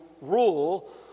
rule